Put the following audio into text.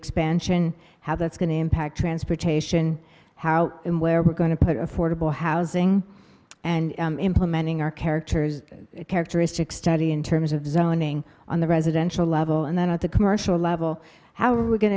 expansion how that's going to impact transportation how and where we're going to put affordable housing and implementing our characters characteristics study in terms of designing on the residential level and then at the commercial level how are we going